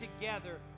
together